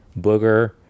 booger